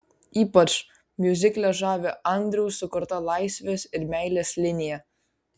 ypač miuzikle žavi andriaus sukurta laisvės ir meilės linija